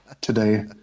today